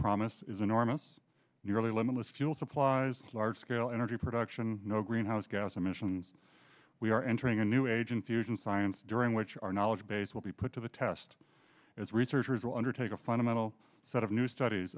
promise is enormous nearly limitless fuel supplies large scale energy production no greenhouse gas emissions we are entering a new age and fusion science during which our knowledge base will be put to the test as researchers will undertake a fundamental set of new studies